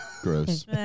Gross